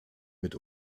mit